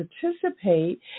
participate